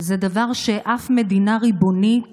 זה דבר שאף מדינה ריבונית